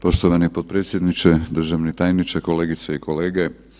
Poštovani potpredsjedniče, državni tajniče, kolegice i kolege.